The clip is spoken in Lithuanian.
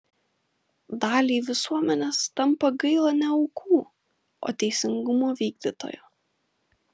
daliai visuomenės tampa gaila ne aukų o teisingumo vykdytojo